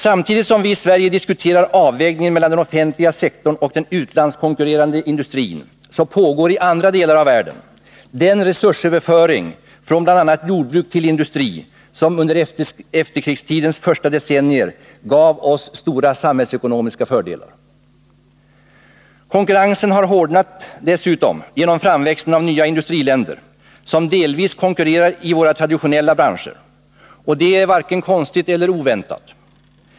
Samtidigt som vi i Sverige diskuterar avvägningen mellan den offentliga sektorn och den utlandskonkurrerande industrin pågår i andra delar av världen en sådan resursöverföring från bl.a. jordbruket till industrin som under efterkrigstidens första decennier gav oss stora samhällsekonomiska fördelar. Konkurrensen har dessutom hårdnat genom framväxten av nya industriländer som delvis konkurrerar i våra traditionella branscher. Det är varken konstigt eller oväntat.